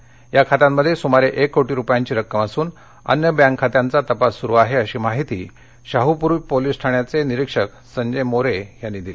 या दोन्ही बँक खात्यांमध्ये सुमारे एक कोटी रुपयांची रक्कम असून अन्य बँक खात्यांचा तपास सुरू आहे अशी माहिती शाहूपुरी पोलिस ठाण्याचे निरीक्षक संजय मोरे यांनी दिली